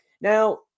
Now